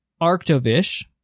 Arctovish